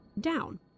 down